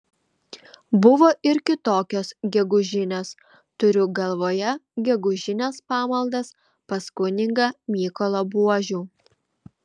buvo ir kitokios gegužinės turiu galvoje gegužines pamaldas pas kunigą mykolą buožių